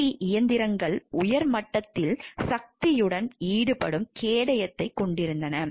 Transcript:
போட்டி இயந்திரங்கள் உயர் மட்டத்தில் சக்தியுடன் ஈடுபடும் கேடயத்தைக் கொண்டிருந்தன